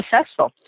successful